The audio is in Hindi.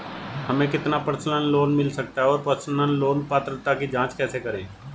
हमें कितना पर्सनल लोन मिल सकता है और पर्सनल लोन पात्रता की जांच कैसे करें?